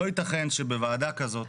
לא יתכן שבוועדה כזאת,